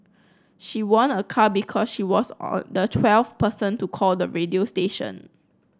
she won a car because she was the twelfth person to call the radio station